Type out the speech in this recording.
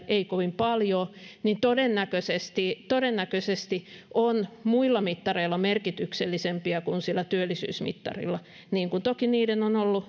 ei kovin paljoa todennäköisesti todennäköisesti ovat muilla mittareilla merkityksellisempiä kuin sillä työllisyysmittarilla niin kuin toki niiden